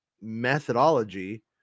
methodology